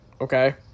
okay